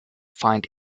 find